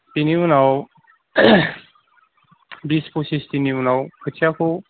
बिनि उनाव बिस पसिस दिननि उनाव खोथियाखौ